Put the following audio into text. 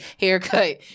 haircut